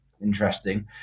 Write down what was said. interesting